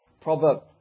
proverb